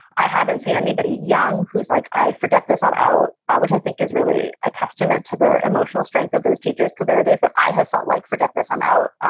i haven't seen anybody young who's like i forget this out out, which i think is really a testament to the emotional strength of those teachers to their days that i have felt like, forget this, i'm out.